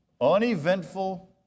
uneventful